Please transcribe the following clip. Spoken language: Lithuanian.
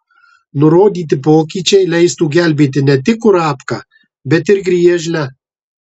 nurodyti pokyčiai leistų gelbėti ne tik kurapką bet ir griežlę